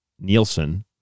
Nielsen